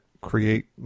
create